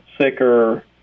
sicker